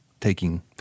taking